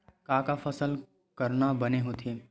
का का फसल करना बने होथे?